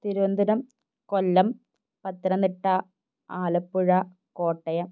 Thiruvananthapuram Kollam Pathanamthitta Alappuzha Kottayam